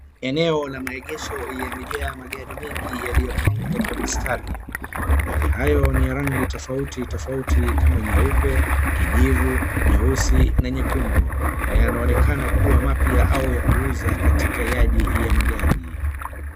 Eneo la maegesho yamejaa magari mengi yaliyopangwa kwa mistari. Magari hayo ni ya rangi tofauti tofauti kama nyeupe, kijivu, nyeusi na nyekundu na yanaonekana kuwa mapya au ya kuuza katika yadi ya magari.